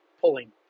pulling